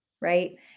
right